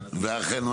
ולכן,